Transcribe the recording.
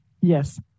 Yes